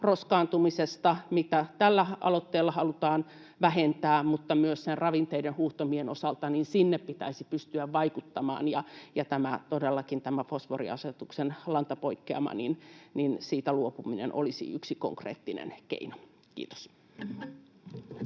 roskaantumisesta, mitä tällä aloitteella halutaan vähentää, tai niiden ravinteiden huuhtomien osalta — pitäisi pystyä vaikuttamaan, ja todellakin tästä fosforiasetuksen lantapoikkeamasta luopuminen olisi yksi konkreettinen keino. — Kiitos.